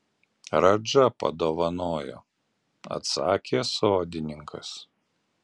radža padovanojo atsakė sodininkas